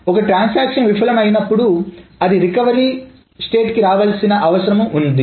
ఒక ట్రాన్సాక్షన్ విఫలం అయినప్పుడు అది రికవరీ స్టేట్కి రావాల్సిన అవసరం ఉంది